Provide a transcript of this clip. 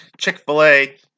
Chick-fil-A